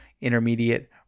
intermediate